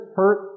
hurt